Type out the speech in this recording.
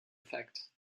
effect